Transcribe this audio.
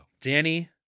Danny